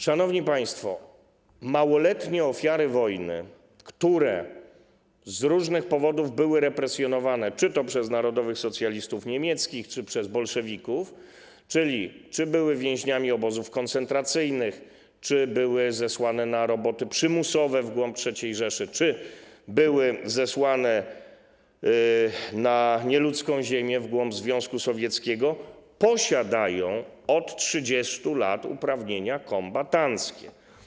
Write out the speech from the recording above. Szanowni państwo, małoletnie ofiary wojny, które z różnych powodów były represjonowane czy to przez narodowych socjalistów niemieckich, czy to przez bolszewików, czyli były więźniami obozów koncentracyjnych, były zesłane na roboty przymusowe w głąb III Rzeszy czy były zesłane na nieludzką ziemię, w głąb Związku Sowieckiego, posiadają od 30 lat uprawnienia kombatanckie.